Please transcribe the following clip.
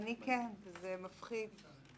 אני כן וזה מפחיד.